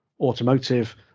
Automotive